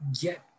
get